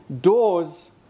doors